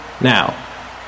Now